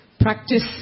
practice